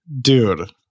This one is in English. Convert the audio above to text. Dude